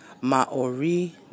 Maori